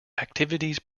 activities